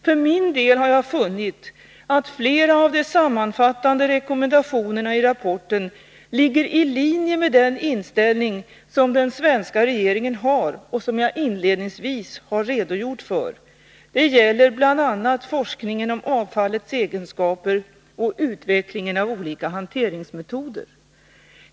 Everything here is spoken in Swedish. För min del har jag funnit att flera av de sammanfattande rekommendationerna i rapporten ligger i linje med den inställning som den svenska regeringen har och som jag inledningsvis har redogjort för. Det gäller bl.a. forskningen om avfallets egenskaper och utvecklingen av olika hanteringsmetoder.